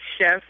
Chef